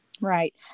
Right